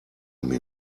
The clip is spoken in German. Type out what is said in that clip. mir